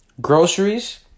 Groceries